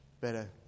Better